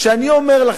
שאני אומר לכם,